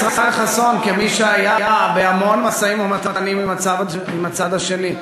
כמי שהיה בהמון משאים-ומתנים עם הצד השני,